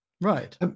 right